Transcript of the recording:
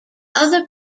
other